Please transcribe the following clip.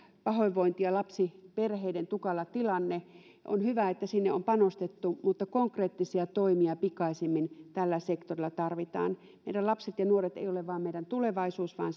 pahoinvointi ja lapsiperheiden tukala tilanne on hyvä että sinne on panostettu mutta konkreettisia toimia pikaisemmin tällä sektorilla tarvitaan meidän lapset ja nuoret eivät ole vain meidän tulevaisuus vaan